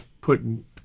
putting